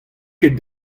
ket